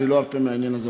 אני לא ארפה מהעניין הזה.